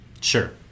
Sure